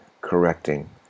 correcting